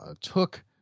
took